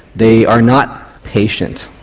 they are not patient,